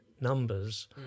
numbers